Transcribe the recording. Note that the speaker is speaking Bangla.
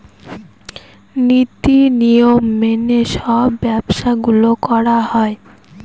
নীতি নিয়ম মেনে সব ব্যবসা গুলো করা হয়